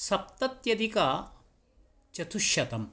सप्तत्यधिकचतुश्शतम्